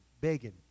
begging